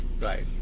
Right